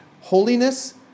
holiness